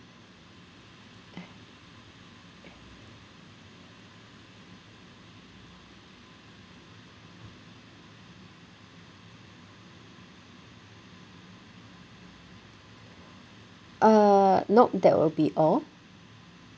uh nope that will be all